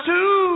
Two